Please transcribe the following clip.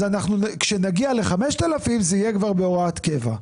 כשנגיע ל-5,000, זה יהיה כבר בהוראת קבע.